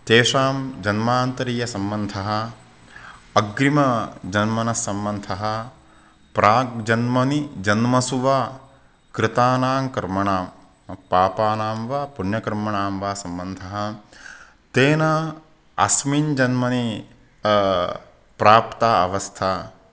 तेषां जन्मान्तरीयसम्बन्धः अग्रिमः जन्मनः सम्बन्धः प्राग् जन्मनि जन्मसु वा कृतानां कर्माणां पापानां वा पुण्यकर्मणां वा सम्बन्धःतेन अस्मिन् जन्मनि प्राप्ता अवस्था